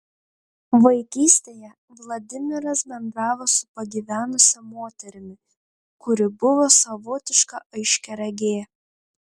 vaikystėje vladimiras bendravo su pagyvenusia moterimi kuri buvo savotiška aiškiaregė